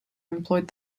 employed